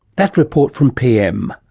that report from pm.